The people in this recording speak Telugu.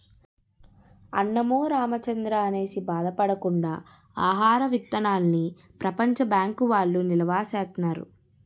అన్నమో రామచంద్రా అనేసి బాధ పడకుండా ఆహార విత్తనాల్ని ప్రపంచ బ్యాంకు వౌళ్ళు నిలవా సేత్తన్నారు